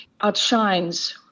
outshines